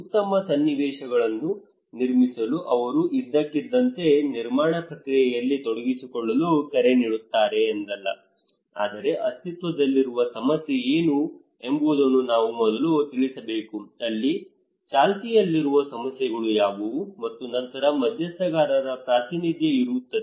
ಉತ್ತಮ ಸನ್ನಿವೇಶಗಳನ್ನು ನಿರ್ಮಿಸಲು ಅವರು ಇದ್ದಕ್ಕಿದ್ದಂತೆ ನಿರ್ಮಾಣ ಪ್ರಕ್ರಿಯೆಯಲ್ಲಿ ತೊಡಗಿಸಿಕೊಳ್ಳಲು ಕರೆ ನೀಡುತ್ತಾರೆ ಎಂದಲ್ಲ ಆದರೆ ಅಸ್ತಿತ್ವದಲ್ಲಿರುವ ಸಮಸ್ಯೆ ಏನು ಎಂಬುದನ್ನು ನಾವು ಮೊದಲು ತಿಳಿಸಬೇಕು ಅಲ್ಲಿ ಚಾಲ್ತಿಯಲ್ಲಿರುವ ಸಮಸ್ಯೆಗಳು ಯಾವುವು ಮತ್ತು ನಂತರ ಮಧ್ಯಸ್ಥಗಾರರ ಪ್ರಾತಿನಿಧ್ಯ ಇರುತ್ತದೆ